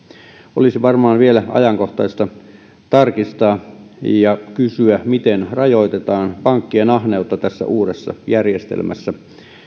olisi varmaan vielä ajankohtaista tarkistaa ja kysyä miten rajoitetaan pankkien ahneutta ja mahdollisuuksia tässä uudessa järjestelmässä